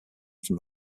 from